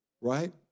right